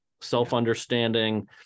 self-understanding